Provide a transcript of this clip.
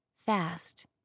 fast